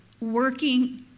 working